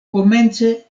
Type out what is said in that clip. komence